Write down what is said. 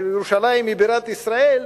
שירושלים היא בירת ישראל,